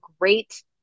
great